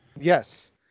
Yes